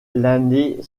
l’année